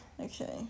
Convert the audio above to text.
Okay